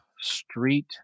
Street